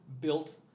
built